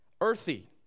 earthy